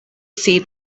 see